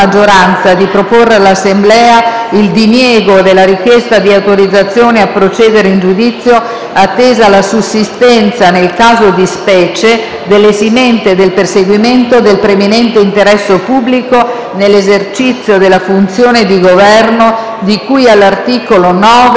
attesa la sussistenza nel caso di specie dell'esimente del perseguimento del preminente interesse pubblico nell'esercizio della funzione di Governo di cui all'articolo 9, comma 3, della legge costituzionale n. 1 del 1989.